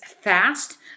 fast